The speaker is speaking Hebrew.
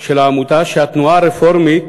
של העמותה שהתנועה הרפורמית